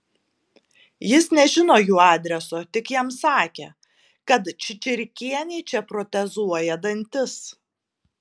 jis nežino jų adreso tik jam sakė kad čičirkienei čia protezuoja dantis